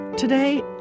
Today